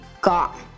got